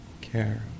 care